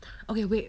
okay wait